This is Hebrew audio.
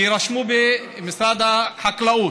שיירשמו במשרד החקלאות,